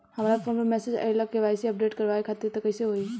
हमरा फोन पर मैसेज आइलह के.वाइ.सी अपडेट करवावे खातिर त कइसे होई?